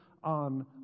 on